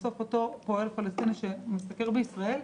בסוף אותו פועל פלסטיני שמשתכר בישראל,